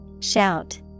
shout